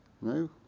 No